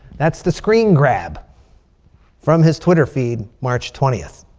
that's the screengrab from his twitter feed march twentieth.